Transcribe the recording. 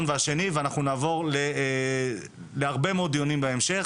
והשני ויהיו עוד הרבה מאוד דיונים בהמשך.